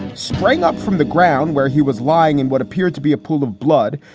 springing up from the ground where he was lying in what appeared to be a pool of blood,